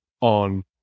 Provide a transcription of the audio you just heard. on